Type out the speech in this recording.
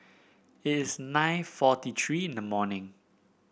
it is nine forty three in the morning